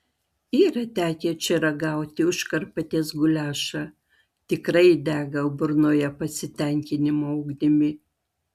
yra tekę čia ragauti užkarpatės guliašą tikrai dega burnoje pasitenkinimo ugnimi